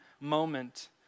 moment